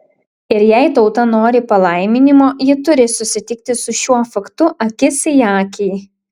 ir jei tauta nori palaiminimo ji turi susitikti su šiuo faktu akis į akį